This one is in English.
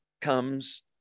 comes